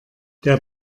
der